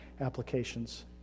applications